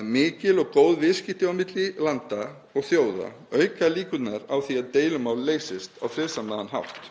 að mikil og góð viðskipti á milli landa og þjóða auka líkurnar á því að deilumál leysist á friðsamlegan hátt.